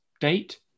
date